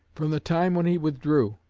from the time when he withdrew,